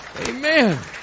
Amen